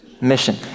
Mission